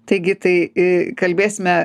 taigi tai kalbėsime